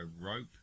Rope